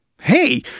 hey